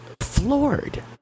floored